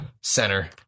center